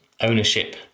ownership